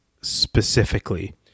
specifically